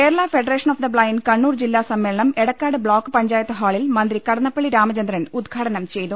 Kerala federation of the blind Kannur ജില്ലാസമ്മേളനം Edakkad block panchayat ഹാളിൽ മന്ത്രി കടന്നപ്പള്ളി രാമചന്ദ്രൻ ഉദ്ഘാടനം ചെയ്തു